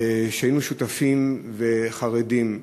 שהיינו שותפים וחרדים,